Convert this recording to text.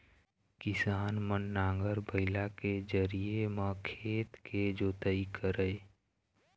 किसान मन नांगर, बइला के जरिए म खेत के जोतई करय